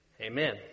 Amen